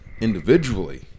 individually